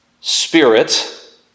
spirit